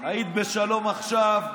היית בשלום עכשיו,